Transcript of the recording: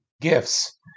gifts